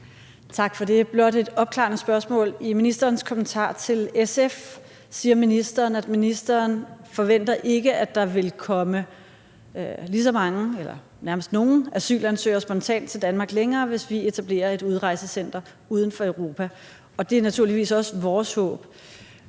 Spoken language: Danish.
Tak for det. Jeg har blot et opklarende spørgsmål: I ministerens kommentar til SF sagde ministeren, at ministeren ikke forventer, at der vil komme lige så mange – nærmest ingen – spontane asylansøgere til Danmark, hvis vi etablerer et modtagecenter uden for Europa. Det er naturligvis også vores håb.